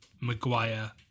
Maguire